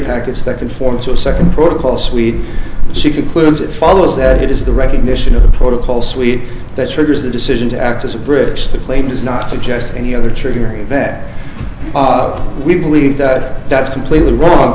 packets that conform to a certain protocol suite she concludes it follows that it is the recognition of the protocol suite that triggers the decision to act as a bridge the claim does not suggest any other triggering event op we believe that's completely wrong